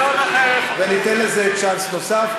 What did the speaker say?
וניתן לזה צ'אנס נוסף.